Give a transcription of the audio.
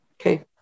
Okay